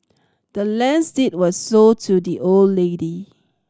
the land's deed was sold to the old lady